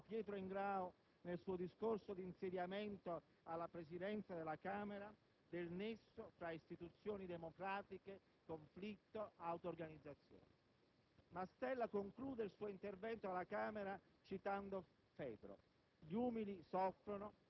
La grande questione democratica è la crisi della socialità, è fatta di istituzioni svuotate e di una politica muta. La politica, infatti, si alimenta solo - come ricordò Pietro Ingrao nel suo discorso di insediamento alla Presidenza della Camera